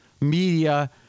media